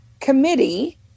committee